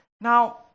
Now